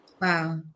Wow